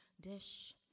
dish